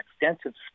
extensive